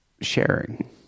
sharing